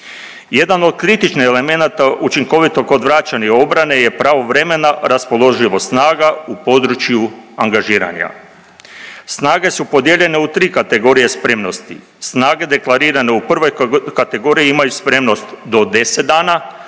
Jedan od kritičnih elemenata učinkovitog odvraćanja i obrane je pravovremena raspoloživost snaga u području angažiranja. Snage su podijeljene u tri kategorije spremnosti, snage deklarirane u prvoj kategoriji imaju spremnost do 10 dana,